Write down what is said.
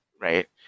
right